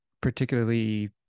particularly